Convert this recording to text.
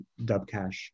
Dubcash